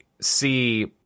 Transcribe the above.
see